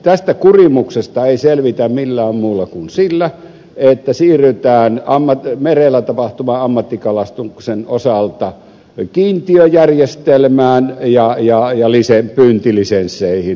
tästä kurimuksesta ei selvitä millään muulla kuin sillä että siirrytään merellä tapahtuvan ammattikalastuksen osalta kiintiöjärjestelmään ja pyyntilisensseihin